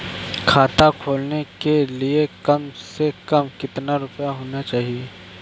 खाता खोलने के लिए कम से कम कितना रूपए होने चाहिए?